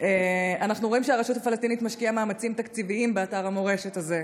אנחנו רואים שהרשות הפלסטינית משקיעה מאמצים תקציביים באתר המורשת הזה.